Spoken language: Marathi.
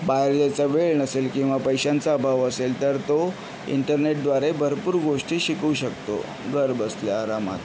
बाहेर जायचा वेळ नसेल किंवा पैशांचा अभाव असेल तर तो इंटरनेटद्वारे भरपूर गोष्टी शिकू शकतो घरबसल्या आरामात